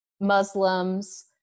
Muslims